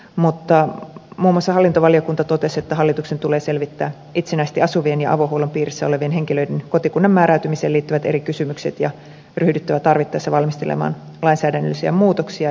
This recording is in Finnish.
mutta muun muassa hallintovaliokunta totesi että hallituksen tulee selvittää itsenäisesti asuvien ja avohuollon piirissä olevien henkilöiden kotikunnan määräytymiseen liittyvät eri kysymykset ja ryhdyttävä tarvittaessa valmistelemaan lainsäädännöllisiä muutoksia